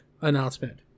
announcement